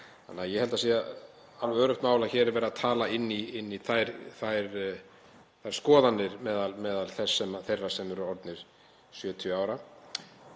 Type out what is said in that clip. til. Ég held að það sé alveg öruggt mál að hér er verið að tala inn í þær skoðanir meðal þeirra sem eru orðnir 70 ára.